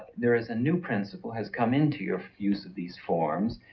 there is a new principal has come into your use these forms,